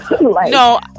No